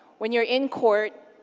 when you're in court,